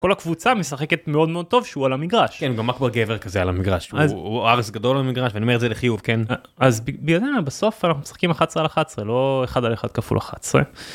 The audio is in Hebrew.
כל הקבוצה משחקת מאוד מאוד טוב שהוא על המגרש. כן הוא גם אחלה גבר כזה על המגרש הוא ערס גדול על המגרש ואני אומר את זה לחיוב, כן. אז, בגלל זה אני אומר, בסוף אנחנו משחקים 11 על 11 לא 1 על 1 כפול 11.